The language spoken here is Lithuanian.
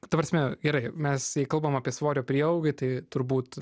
ta prasme gerai mes jei kalbam apie svorio priaugį tai turbūt